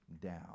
down